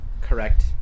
correct